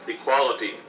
equality